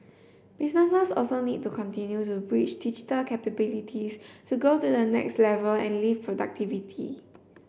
businesses also need to continue to build digital capabilities to go to the next level and lift productivity